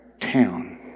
town